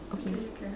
okay